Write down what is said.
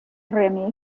remix